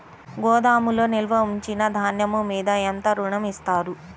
గోదాములో నిల్వ ఉంచిన ధాన్యము మీద ఎంత ఋణం ఇస్తారు?